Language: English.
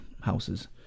houses